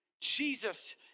Jesus